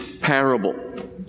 parable